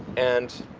and,